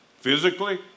physically